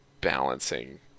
balancing